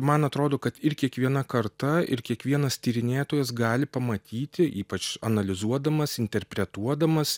man atrodo kad ir kiekviena karta ir kiekvienas tyrinėtojas gali pamatyti ypač analizuodamas interpretuodamas